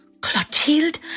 Clotilde